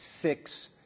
six